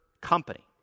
company